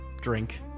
Drink